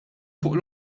fuq